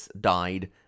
died